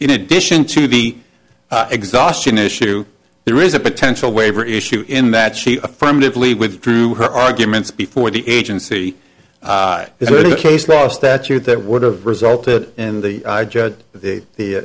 in addition to the exhaustion issue there is a potential waiver issue in that she affirmatively withdrew her arguments before the agency is the case law statute that would have resulted in the judge the